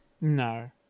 no